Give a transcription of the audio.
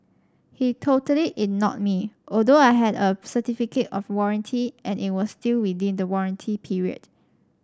he totally ignored me although I had a certificate of warranty and it was still within the warranty period